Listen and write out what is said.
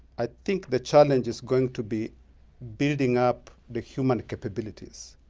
i think the challenge is going to be building up the human capabilities,